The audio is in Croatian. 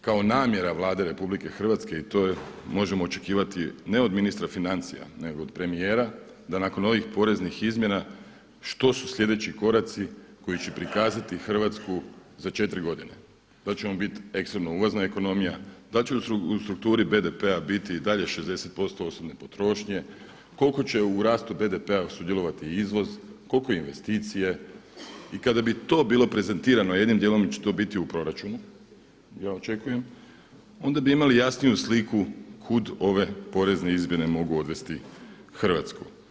kao namjera Vlade Republike Hrvatske i to možemo očekivati ne od ministra financija, nego od premijera da nakon ovih poreznih izmjena što su sljedeći koraci koji će prikazati Hrvatsku za četiri godine – dal' će on biti ekstremno uvozna ekonomija, da li će u strukturi BDP-a biti i dalje 60% osobne potrošnje, koliko će u rastu BDP-a sudjelovati izvoz, koliko investicije – i kada bi to bilo prezentirano, jednim dijelom će to biti u proračunu, ja očekujem, onda bi imali jasniju sliku kud ove porezne izmjene mogu odvesti Hrvatsku.